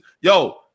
yo